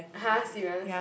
!huh! serious